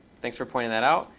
thanks for pointing that out.